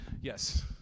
yes